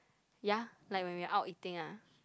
ya like when we out eating ah